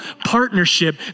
partnership